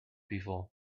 before